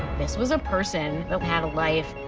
this was a person that had a life.